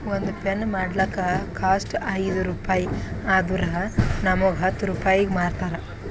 ಒಂದ್ ಪೆನ್ ಮಾಡ್ಲಕ್ ಕಾಸ್ಟ್ ಐಯ್ದ ರುಪಾಯಿ ಆದುರ್ ನಮುಗ್ ಹತ್ತ್ ರೂಪಾಯಿಗಿ ಮಾರ್ತಾರ್